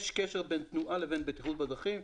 יש קשר בין תנועה לבין בטיחות בדרכים.